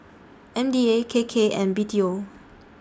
M D A K K and B T O